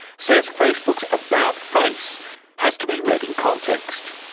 says facebook's about-face has to be read in context.